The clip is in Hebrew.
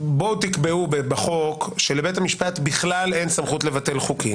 בואו תקבעו בחוק שלבית המשפט בכלל אין סמכות לבטל חוקים.